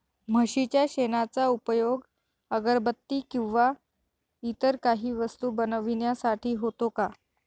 म्हशीच्या शेणाचा उपयोग अगरबत्ती किंवा इतर काही वस्तू बनविण्यासाठी होतो का?